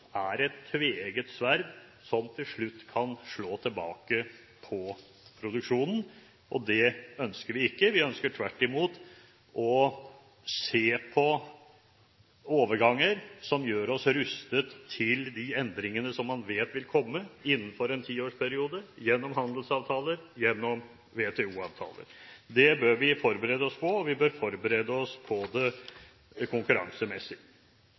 er et tveegget sverd som til slutt kan slå tilbake på produksjonen. Det ønsker vi ikke. Vi ønsker tvert imot å se på overganger som gjør oss rustet til de endringer som man vet vil komme innenfor en tiårsperiode, gjennom handelsavtaler og gjennom WTO-avtaler. Det bør vi forberede oss på, og vi bør forberede oss på det